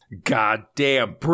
Goddamn